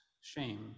shame